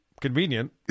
convenient